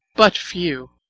but few,